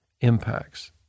impacts